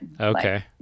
okay